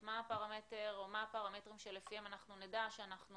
מה הפרמטרים שלפיהם אנחנו נדע שאנחנו